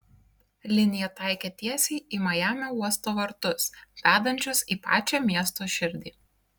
linija taikė tiesiai į majamio uosto vartus vedančius į pačią miesto širdį